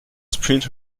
sprint